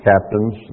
captains